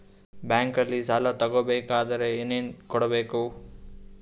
ಬ್ಯಾಂಕಲ್ಲಿ ಸಾಲ ತಗೋ ಬೇಕಾದರೆ ಏನೇನು ಕೊಡಬೇಕು?